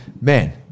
Man